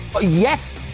yes